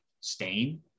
stain